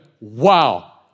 Wow